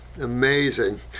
amazing